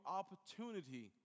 opportunity